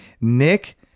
Nick